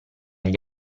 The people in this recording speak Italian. gli